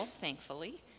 thankfully